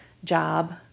job